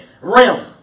realm